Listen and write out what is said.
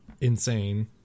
insane